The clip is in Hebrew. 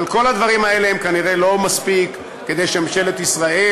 אבל כל הדברים האלה כנראה לא מספיקים כדי שממשלת ישראל,